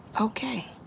Okay